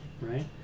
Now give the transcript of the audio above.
right